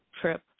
trip